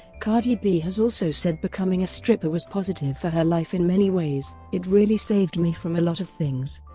cardi b has also said becoming a stripper was positive for her life in many ways it really saved me from a lot of things.